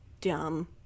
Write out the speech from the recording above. dumb